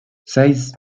seis